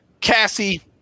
Cassie